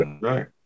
right